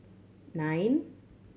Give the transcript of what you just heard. nine